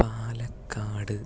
Palakkad